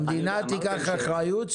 המדינה תיקח אחריות?